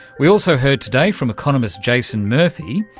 we also heard today from economist jason murphy,